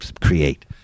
create